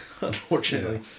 unfortunately